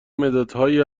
مدادهایی